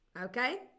okay